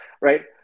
Right